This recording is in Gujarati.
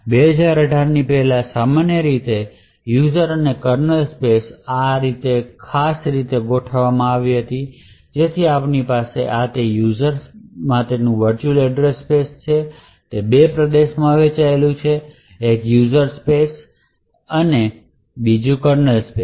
2018 ની પહેલાં સામાન્ય રીતે યુઝર અને કર્નલની સ્પેસ આ ખાસ રીતે ગોઠવવામાં આવતી હતી જેથી આપની પાસે આ તે પ્રોસેસ માટેનું વર્ચુઅલ એડ્રૈસ સ્પેસ છે તે બે પ્રદેશોમાં વહેંચાયેલું હતું એક યુઝર સ્પેસ અને સ્પેસ કર્નલ સ્પેસ